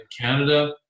Canada